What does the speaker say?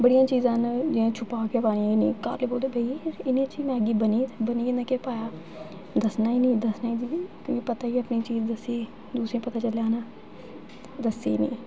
बड़ियां चीजां न जि'यां जेह्ड़ियां छुपाके पाना होंदियां घर आह्ले बोलन कि इन्नी अच्छी मैगी बनी बनी ते बनी कियां इन्नै ऐसा केह् पााया दस्सना गै नेईं ऐ तुसें गी पता ऐ जे अपनी चीज दस्सी ते सारें ई पता लगी जाना